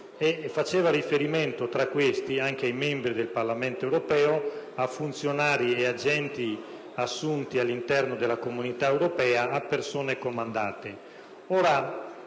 faceva riferimento anche a membri del Parlamento europeo, a funzionari e ad agenti assunti all'interno delle Comunità europee a persone comandate.